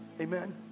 Amen